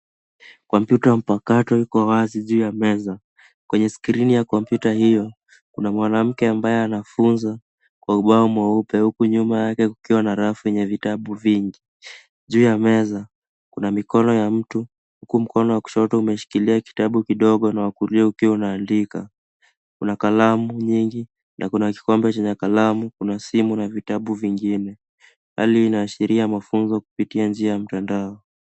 Kompyuta mpakato iko wazi juu ya meza. Kwenye skrini ya kompyuta hiyo kuna mwanamke ambaye anafunza kwa ubao mweupe, huku nyuma yake kukiwa na rafu yenye vitabu vingi. Juu ya meza kuna mikono ya mtu, huku mkono wa kushoto umeshikilia kitabu kidogo na wa kulia ukiwa unaandika. Kuna kalamu nyingi na kuna kikombe chenye kalamu, kuna simu na vitabu vingine. Hali hii inaashiria mafunzo kupitia njia ya mtandao.